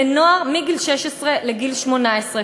לנוער מגיל 16 עד גיל 18,